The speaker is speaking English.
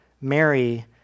Mary